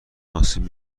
آسیب